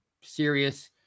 serious